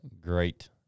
great